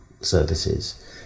services